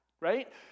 right